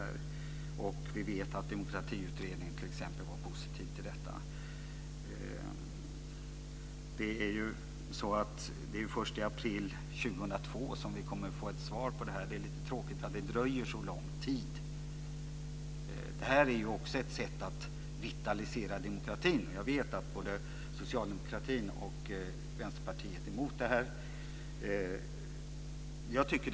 Vi vet att t.ex. Demokratiutredningen var positiv till det. Det är först i april 2002 som vi får ett svar. Det är tråkigt att det dröjer så länge. Skilda valdagar är ett sätt att vitalisera demokratin. Jag vet att både socialdemokratin och Vänsterpartiet är emot det.